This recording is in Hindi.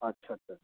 अच्छा अच्छा